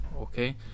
okay